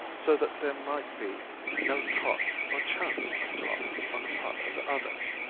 so that there might be no talk or chance of talk on the part of others.